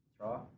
draw